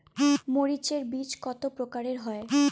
মরিচ এর বীজ কতো প্রকারের হয়?